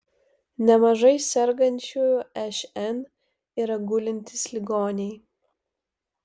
nemažai sergančiųjų šn yra gulintys ligoniai